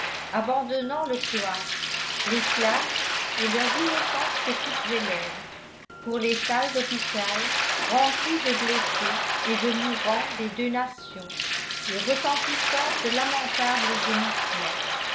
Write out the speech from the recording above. abandonnant le cloître les classes et leurs innocentes petites élèves pour les salles d'hôpital remplies de blessés et de mourants des deux nations et retentissantes de lamentables gémissements